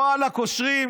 ואללה, קושרים.